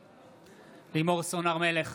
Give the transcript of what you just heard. בעד לימור סון הר מלך,